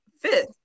fifth